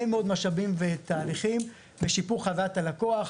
מאוד משאבים ותהליכים בשיפור חוויית הלקוח.